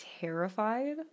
terrified